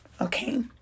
okay